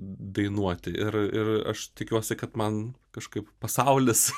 dainuoti ir ir aš tikiuosi kad man kažkaip pasaulis